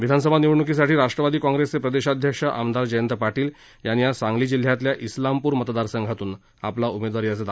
विधानसभा निवडणुकीसाठी राष्ट्रवादी काँग्रेसचे प्रदेशाध्यक्ष आमदार जयंत पाटील यांनी आज सांगली जिल्ह्यातल्या इस्लामपूर मतदारसंघातून आपला उमेदवारी अर्ज दाखल केला